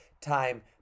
time